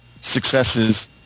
successes